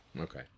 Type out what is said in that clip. okay